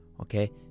okay